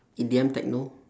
E_D_M techno